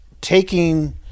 taking